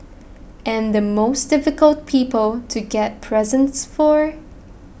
and the most difficult people to get presents for